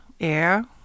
air